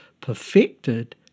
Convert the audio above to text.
perfected